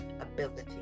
ability